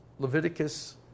Leviticus